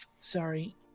sorry